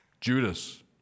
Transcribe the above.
Judas